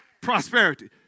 prosperity